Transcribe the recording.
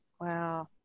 Wow